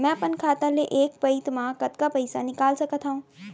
मैं अपन खाता ले एक पइत मा कतका पइसा निकाल सकत हव?